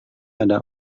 ada